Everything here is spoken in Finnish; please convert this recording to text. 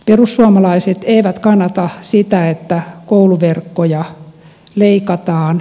perussuomalaiset eivät kannata sitä että kouluverkkoja leikataan